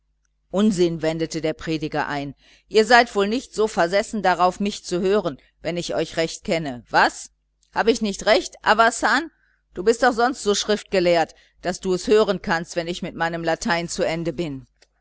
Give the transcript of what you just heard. unsinn wendete der prediger ein ihr seid wohl nicht so versessen darauf mich zu hören wenn ich euch recht kenne was hab ich nicht recht avassan du bist doch sonst so schriftgelehrt daß du es hören kannst wenn ich mit meinem latein zu ende bin